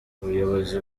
ubuyobozi